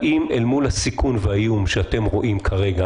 האם הסיכון והאיום שאתם רואים כרגע,